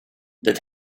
that